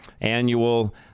annual